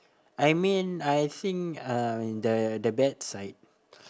I mean I think I'm in the the bad side